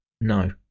No